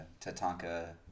Tatanka